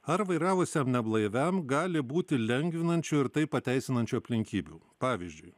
ar vairavusiam neblaiviam gali būti lengvinančių ir tai pateisinančių aplinkybių pavyzdžiui